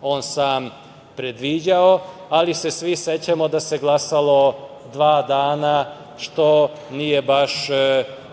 on sam predviđao, ali se svi sećamo da se glasalo dva dana, što nije baš